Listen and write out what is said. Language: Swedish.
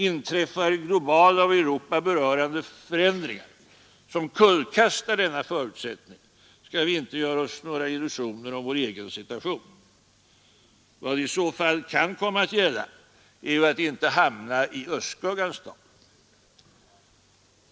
Inträffar globala och Europa berörande förändringar som kullkastar denna förutsättning, så skall vi inte göra oss några illusioner om vår egen situation. Vad det i så fall kan komma att gälla är att inte hamna i östskuggans dal.